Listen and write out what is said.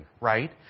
right